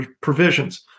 provisions